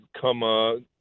come –